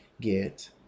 get